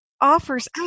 offers